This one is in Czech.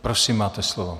Prosím, máte slovo.